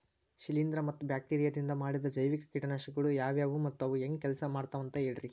ಶಿಲೇಂಧ್ರ ಮತ್ತ ಬ್ಯಾಕ್ಟೇರಿಯದಿಂದ ಮಾಡಿದ ಜೈವಿಕ ಕೇಟನಾಶಕಗೊಳ ಯಾವ್ಯಾವು ಮತ್ತ ಅವು ಹೆಂಗ್ ಕೆಲ್ಸ ಮಾಡ್ತಾವ ಅಂತ ಹೇಳ್ರಿ?